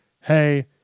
Hey